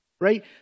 Right